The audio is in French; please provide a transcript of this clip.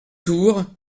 tour